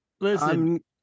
listen